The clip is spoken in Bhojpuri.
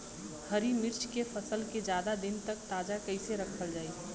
हरि मिर्च के फसल के ज्यादा दिन तक ताजा कइसे रखल जाई?